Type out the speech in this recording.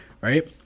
Right